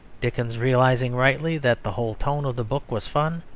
dickens, realising rightly that the whole tone of the book was fun,